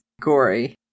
gory